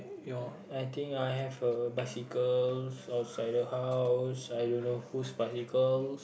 uh I think I have a bicycle outside the house I don't know whose bicycle